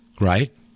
right